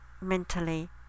mentally